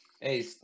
Hey